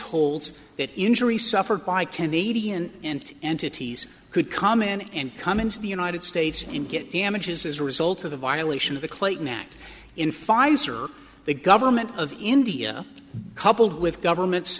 holds that injury suffered by candy and and entities could come in and come into the united states and get damages as a result of the violation of the clayton act in pfizer the government of india coupled with governments